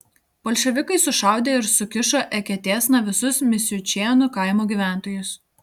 bolševikai sušaudė ir sukišo eketėsna visus misiučėnų kaimo gyventojus